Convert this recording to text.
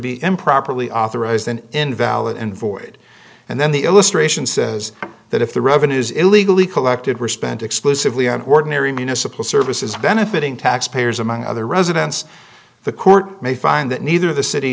be improperly authorized an invalid and void and then the illustration says that if the revenues illegally collected were spent exclusively on ordinary municipal services benefiting taxpayers among other residents the court may find that neither the city